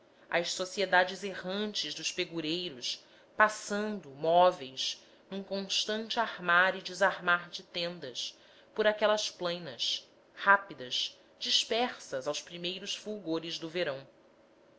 às sociedades errantes dos pegureiros passando móveis num constante armar e desarmar de tendas por aqueles plainos rápidas dispersas aos primeiros fulgores do verão